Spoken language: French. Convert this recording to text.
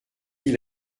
ils